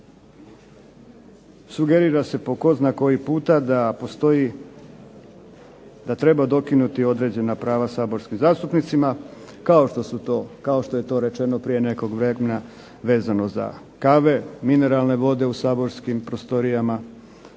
sugerira se po tko zna koji puta da postoji, da treba dokinuti određena prava saborskim zastupnicima, kao što su to, kao što je to rečeno prije nekog vremena vezano za kave, mineralne vode u saborskim prostorijama,